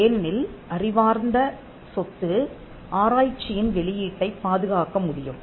ஏனெனில் அறிவார்ந்த சொத்து ஆராய்ச்சியின் வெளியீட்டைப் பாதுகாக்க முடியும்